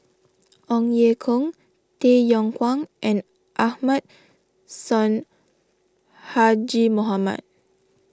Ong Ye Kung Tay Yong Kwang and Ahmad Sonhadji Mohamad